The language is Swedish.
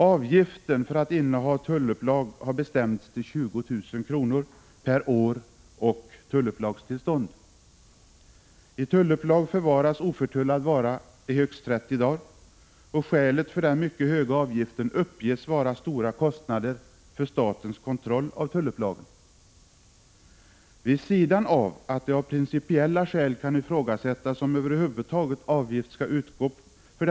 Avgiften för att inneha tullupplag har bestämts till 20 000 kr. per år och tullupplagstillstånd. I tullupplag förvaras oförtullad vara i högst 30 dagar. Skälet till den mycket höga avgiften uppges vara stora kostnader för statens kontroll av tullupplagen. Vid sidan av att det av principiella skäl kan ifrågasättas om avgift över huvud taget skall utgå för denna statliga kontroll 189 Prot.